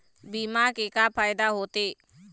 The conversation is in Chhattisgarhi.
बीमा के का फायदा होते?